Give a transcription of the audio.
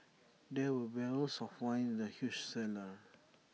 there were barrels of wine in the huge cellar